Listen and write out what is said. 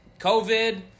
COVID